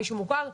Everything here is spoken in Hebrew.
מישהו מוכר,